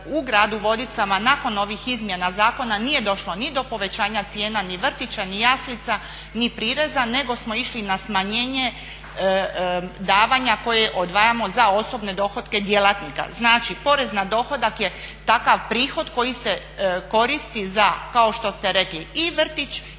u gradu Vodicama, nakon ovih izmjena zakona nije došlo ni do povećanja cijena ni vrtića ni jaslica ni prireza nego smo išli na smanjenje davanja koje odvajamo za osobne dohotke djelatnika. Znači porez na dohodak je takav prihod koji se koristi za kao što ste rekli i vrtić